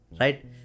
right